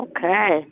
Okay